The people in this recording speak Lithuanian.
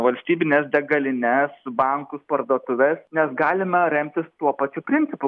valstybines degalines bankus parduotuves nes galima remtis tuo pačiu principu